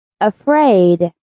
Afraid